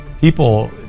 people